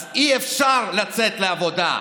אז אי-אפשר לצאת לעבודה.